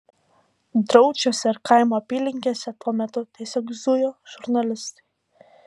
draučiuose ir kaimo apylinkėse tuo metu tiesiog zujo žurnalistai